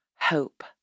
hope